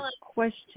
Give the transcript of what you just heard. question